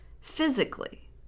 physically